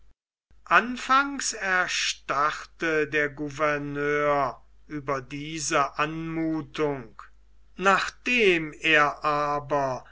anfangs erstarrte der gouverneur über diese anmuthung nachdem er aber